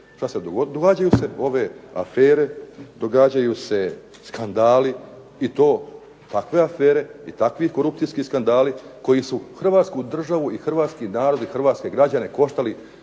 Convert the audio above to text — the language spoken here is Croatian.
Događaju se ove afere, događaju se skandali i to takve afere i takvi korupcijski skandali koji su Hrvatsku državu i hrvatski narod i hrvatske građane koštali